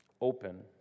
open